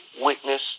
witness